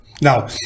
Now